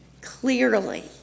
clearly